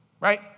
Right